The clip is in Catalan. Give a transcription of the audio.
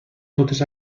totes